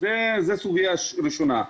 זו סוגיה ראשונה.